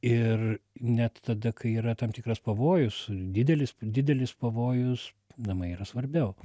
ir net tada kai yra tam tikras pavojus didelis didelis pavojus namai yra svarbiau